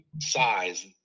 size